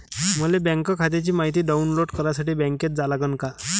मले बँक खात्याची मायती डाऊनलोड करासाठी बँकेत जा लागन का?